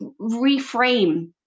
reframe